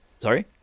Sorry